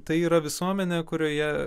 tai yra visuomenė kurioje